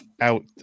out